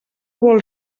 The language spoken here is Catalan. vol